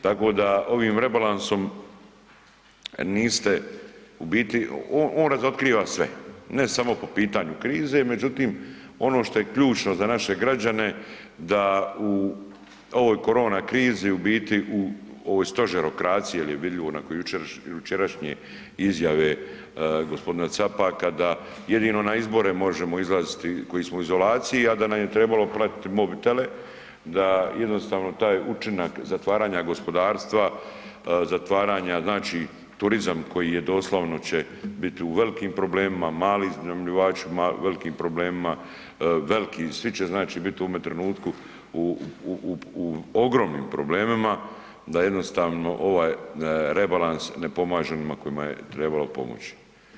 Tako da ovim rebalansom niste, u biti on razotkriva sve, ne samo po pitanju krize međutim ono što je ključno za naše građane da u ovoj korona krizi u biti u ovo je stožerokracija jer je vidljivo nakon jučerašnje izjave g. Capaka da jedino na izbore možemo izlaziti koji smo u izolaciji a da nam je trebalo pratiti mobitele da jednostavno taj učinak zatvaranja gospodarstva, zatvaranja znači turizam koji doslovno će biti u velikim problemima, mali iznajmljivačima u velikim problemima, veliki, svi će znači biti u ovome trenutku u ogromnim problemima da jednostavno ovaj rebalans ne pomaže onima kojima je trebalo pomoći.